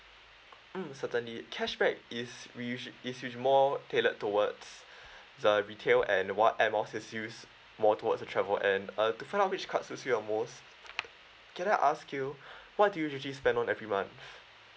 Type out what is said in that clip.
mm certainly cashback is we usua~ is is more tailored towards the retail and what air miles is used more towards the travel and uh to find out which cost is you are most can I ask you what do you usually spend on every month